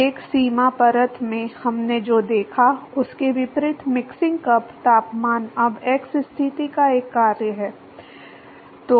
वेग सीमा परत में हमने जो देखा उसके विपरीत मिक्सिंग कप तापमान अब x स्थिति का एक कार्य है